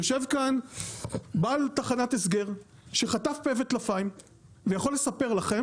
יושב כאן בעל תחנת הסגר שחטף פה וטלפיים ויכול לספר לכם